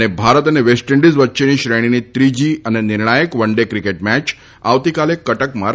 ત ભારત અને વેસ્ટઇન્ડિઝ વચ્ચેની શ્રેણીની ત્રીજી અને નિર્ણાયક વન ડે ક્રિકેટ મેચ આવતીકાલે કટકમાં રમાશે